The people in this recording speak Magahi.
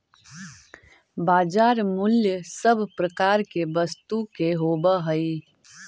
बाजार मूल्य सब प्रकार के वस्तु के होवऽ हइ